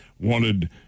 Wanted